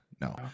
No